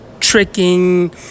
tricking